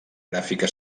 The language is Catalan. gràfica